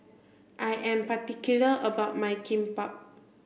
I am particular about my Kimbap